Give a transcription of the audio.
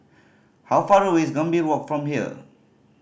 how far away is Gambir Walk from here